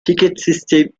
ticketsystem